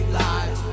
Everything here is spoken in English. life